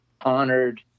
honored